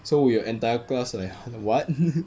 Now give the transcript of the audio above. so we entire class like hu~ what